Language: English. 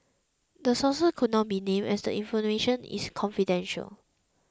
the sources could not be named as the information is confidential